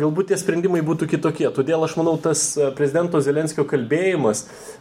galbūt tie sprendimai būtų kitokie todėl aš manau tas prezidento zelenskio kalbėjimas